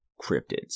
cryptids